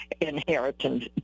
inheritance